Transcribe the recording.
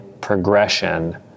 progression